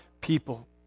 people